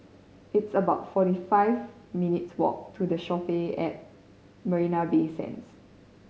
it's about fifty four minutes' walk to The Shoppes at Marina Bay Sands